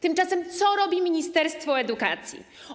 Tymczasem co robi ministerstwo edukacji?